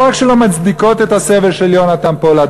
לא רק שלא מצדיקות את הסבל של יונתן פולארד,